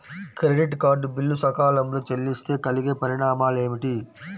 Credit card bill సకాలంలో చెల్లిస్తే కలిగే పరిణామాలేమిటి?